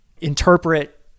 interpret